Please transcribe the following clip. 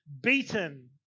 beaten